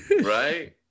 Right